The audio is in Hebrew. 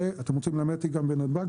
אתם רוצים ללמד אותי גם על נתב"ג,